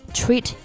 treat